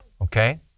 okay